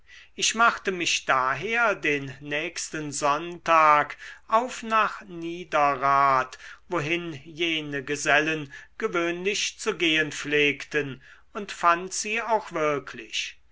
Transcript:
ich machte mich daher den nächsten sonntag auf nach niederrad wohin jene gesellen gewöhnlich zu gehen pflegten und fand sie auch wirklich